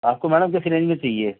आपको मैडम किस रेंज में चाहिए